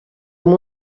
amb